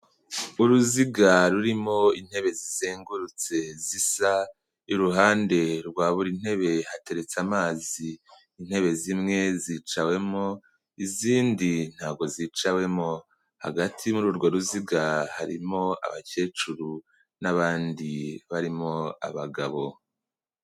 Uruziga rurimo intebe zizengurutse zisa, iruhande rwa buri ntebe hateretse amazi, intebe zimwe zicawemo izindi ntabwo zicawemo, hagati muri urwo ruziga harimo abakecuru n'abandi barimo abagabo.